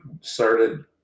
started